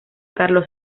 carlos